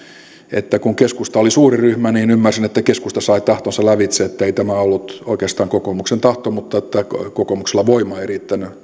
kun keskusta oli suurin ryhmä niin ymmärsin että keskusta sai tahtonsa lävitse ettei tämä ollut oikeastaan kokoomuksen tahto mutta että kokoomuksella voima ei riittänyt